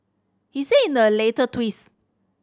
he said in a later tweets